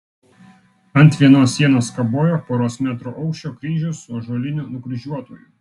ant vienos sienos kabojo poros metrų aukščio kryžius su ąžuoliniu nukryžiuotuoju